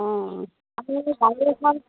অঁ আমি গাড়ী এখন